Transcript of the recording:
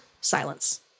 silence